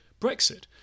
Brexit